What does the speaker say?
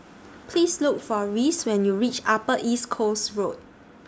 Please Look For Reece when YOU REACH Upper East Coast Road